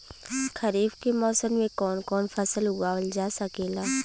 खरीफ के मौसम मे कवन कवन फसल उगावल जा सकेला?